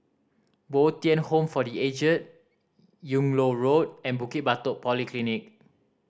Bo Tien Home for The Aged Yung Loh Road and Bukit Batok Polyclinic